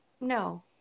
no